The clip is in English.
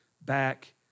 back